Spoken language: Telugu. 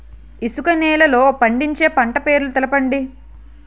ఇసుక నేలల్లో పండించే పంట పేర్లు తెలపండి?